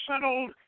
settled